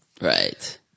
Right